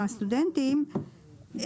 הסטודנטים,